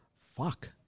Fuck